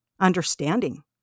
understanding